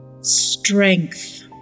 strength